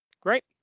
Great